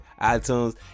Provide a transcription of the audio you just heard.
iTunes